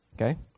Okay